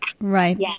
Right